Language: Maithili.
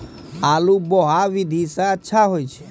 आलु बोहा विधि सै अच्छा होय छै?